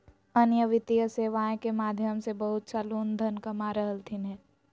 अन्य वित्तीय सेवाएं के माध्यम से बहुत सा लोग धन कमा रहलथिन हें